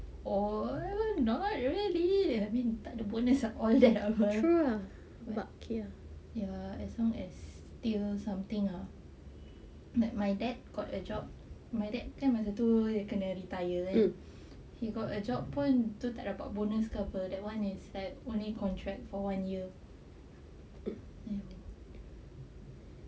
or not really I mean tak ada bonus ah and all that apa ya as long as still something ah like my dad got a job my dad kan masa tu kena retire he got a job pun tu tak dapat bonus ke apa so that [one] is that only contract for one year ya